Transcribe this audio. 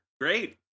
Great